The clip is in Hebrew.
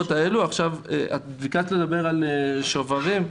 בקשת לדבר על השוברים,